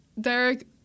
Derek